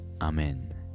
Amen